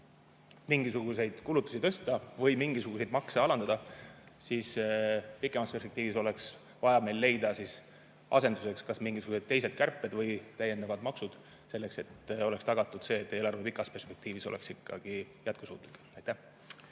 mingisuguseid kulutusi tõsta või mingisuguseid makse alandada, siis pikemas perspektiivis oleks vaja meil leida asenduseks kas mingisugused teised kärped või täiendavad maksud selleks, et oleks tagatud see, et eelarve oleks pikas perspektiivis ikkagi jätkusuutlik.